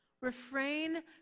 refrain